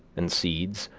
and seeds,